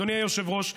אדוני היושב-ראש,